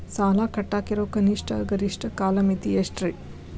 ಸಾಲ ಕಟ್ಟಾಕ ಇರೋ ಕನಿಷ್ಟ, ಗರಿಷ್ಠ ಕಾಲಮಿತಿ ಎಷ್ಟ್ರಿ?